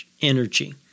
energy